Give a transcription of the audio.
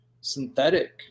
synthetic